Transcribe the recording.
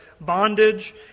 bondage